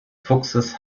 fuchses